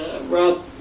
Rob